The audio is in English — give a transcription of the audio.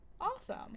Awesome